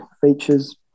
features